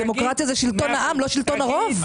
דמוקרטיה זה שלטון העם, לא שלטון הרוב.